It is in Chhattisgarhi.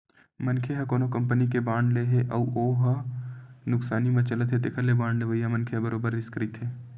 मनखे ह कोनो कंपनी के बांड ले हे अउ हो ह नुकसानी म चलत हे तेखर ले बांड लेवइया मनखे ह बरोबर रिस्क रहिथे